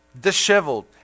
Disheveled